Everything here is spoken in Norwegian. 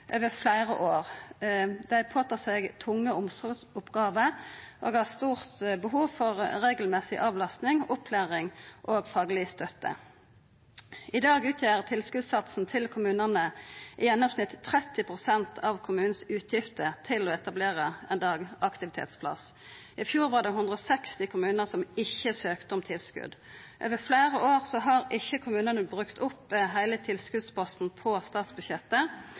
over fleire år. Dei tar på seg tunge omsorgsoppgåver og har stort behov for regelmessig avlastning, opplæring og fagleg støtte. I dag utgjer tilskotssatsen til kommunane i gjennomsnitt 30 pst. av utgiftene som kommunen har til å etablera ein dagaktivitetsplass. I fjor var det 160 kommunar som ikkje søkte om tilskot. Over fleire år har ikkje kommunane brukt opp heile tilskotsposten på statsbudsjettet,